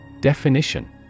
Definition